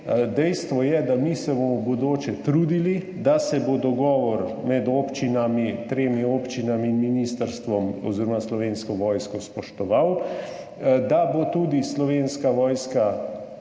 Dejstvo je, da se bomo mi v bodoče trudili, da se bo dogovor med tremi občinami in ministrstvom oziroma Slovensko vojsko spoštoval, da bo tudi Slovenska vojska